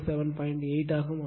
8 ஆக மாறும்